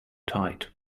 tight